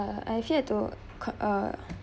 uh I fear to co~ uh